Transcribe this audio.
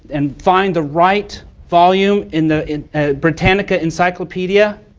and find the right volume in the britannica encyclopedia,